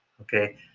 Okay